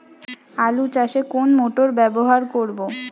আলু চাষে কোন মোটর ব্যবহার করব?